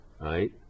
right